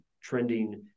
trending